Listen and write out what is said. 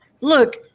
look